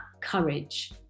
courage